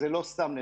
זה לא נאמר סתם.